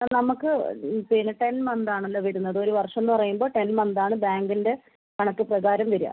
നമുക്ക് പിന്നെ ടെൻ മന്താണല്ലോ വരുന്നത് ഒരു വർഷം എന്ന് പറയുമ്പോൾ ടെൻ മന്താണ് ബാങ്കിൻ്റെ കണക്ക് പ്രകാരം വരുക